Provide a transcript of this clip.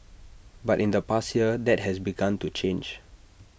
but in the past year that has begun to change